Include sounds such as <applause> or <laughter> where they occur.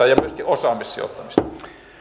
<unintelligible> ja myöskin osaamissijoittamista